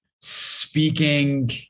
speaking